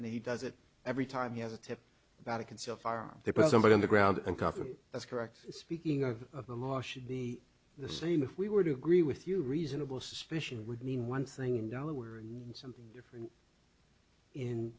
and he does it every time he has a tip about a concealed firearm they put somebody on the ground uncovered that's correct speaking of the law should be the same if we were to agree with you reasonable suspicion would mean one thing in delaware and something different in